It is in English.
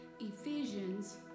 Ephesians